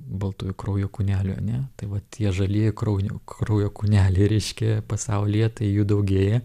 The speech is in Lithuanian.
baltųjų kraujo kūnelių ane tai va tie žalieji kraujo kraujo kūneliai reiškia pasaulyje tai jų daugėja